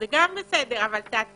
זה גם בסדר, אבל תעדכן.